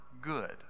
good